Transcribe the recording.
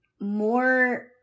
more